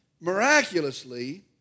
miraculously